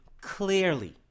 clearly